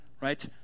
right